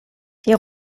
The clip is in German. die